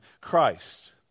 Christ